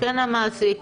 מסכן המעסיק.